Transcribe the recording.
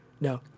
No